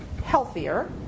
Healthier